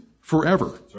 forever